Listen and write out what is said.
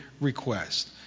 request